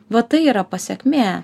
va tai yra pasekmė